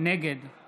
נגד